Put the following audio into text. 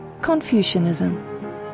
Confucianism